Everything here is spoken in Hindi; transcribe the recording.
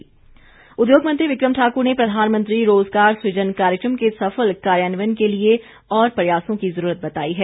विक्रम ठाक्र उद्योग मंत्री विक्रम ठाक्र ने प्रधानमंत्री रोजगार सुजन कार्यक्रम के सफल कार्यान्वयन के लिए और प्रयासों की जरूरत बताई है